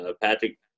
Patrick